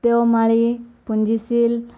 Deomali ପୁଞ୍ଜିଶିଲ୍